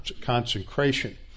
consecration